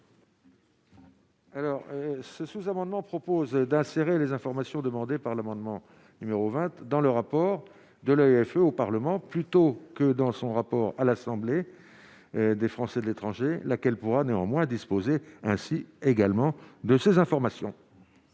Alors ce sous-amendement propose d'insérer les informations demandées par l'amendement numéro 20 dans le rapport de l'AFP au Parlement plutôt que dans son rapport à l'Assemblée des Français de l'étranger, laquelle pourra néanmoins disposer ainsi également de ces informations.